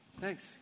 Thanks